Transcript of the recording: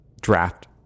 draft